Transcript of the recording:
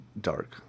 dark